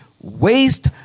waste